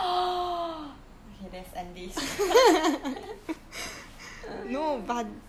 okay let's end this